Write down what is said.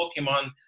pokemon